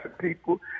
people